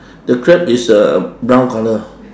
the crab is uh brown colour